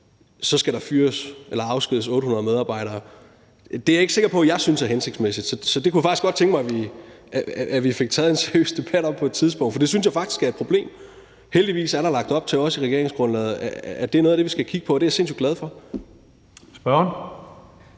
skal der fyres eller afskediges 800 medarbejdere. Det er jeg ikke sikker på jeg synes er hensigtsmæssigt. Så det kunne jeg faktisk godt tænke mig at vi fik taget en seriøs debat om på et tidspunkt. For det synes jeg faktisk er et problem. Heldigvis er der lagt op til også i regeringsgrundlaget, at det er noget af det, vi skal kigge på. Det er jeg sindssygt glad for. Kl.